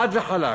חד וחלק.